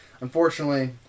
Unfortunately